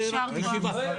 יישר כוח.